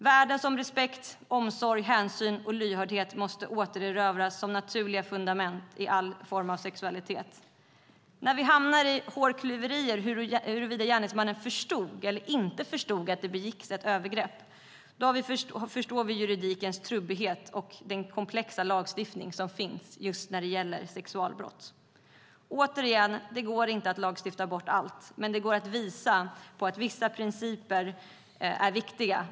Värden som respekt, omsorg, hänsyn och lyhördhet måste återerövras som naturliga fundament i all form av sexualitet. När vi hamnar i hårklyverier om huruvida gärningsmännen förstod eller inte förstod att det begicks ett övergrepp förstår vi juridikens trubbighet och den komplexa lagstiftning som finns när det gäller sexualbrott. Återigen: Det går inte att lagstifta bort allt. Men det går att visa på att vissa principer är viktiga.